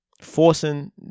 Forcing